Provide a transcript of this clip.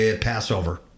Passover